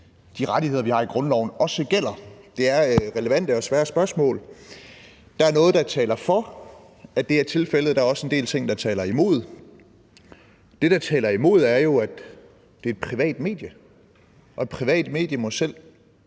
de rettigheder, vi har i grundloven, også gælder? Det er relevante og svære spørgsmål. Der er noget, der taler for, at det er tilfældet. Der er også en del ting, der taler imod. Det, der taler imod, er jo, at det er et privat medie, og et privat medie må selv